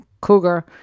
cougar